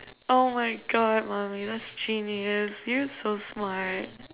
oh my god mommy that's genius you're so smart